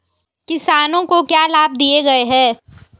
किसानों को क्या लाभ दिए गए हैं?